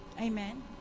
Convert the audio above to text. Amen